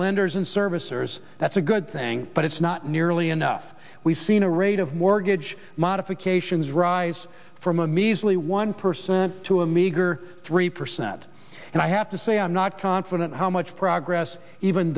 lenders and servicers that's a good thing but it's not nearly enough we've seen a rate of mortgage modifications rise from a measly one percent to a meager three percent and i have to say i'm not confident how much progress even